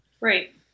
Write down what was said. Right